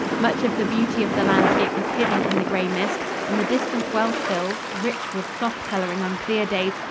much of the beauty of the landscape was hidden in the gray mist, and the distant welsh hills, rich with soft coloring on clear days,